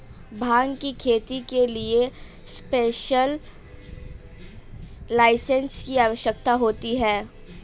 भांग की खेती के लिए स्पेशल लाइसेंस की आवश्यकता होती है